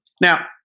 Now